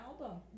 album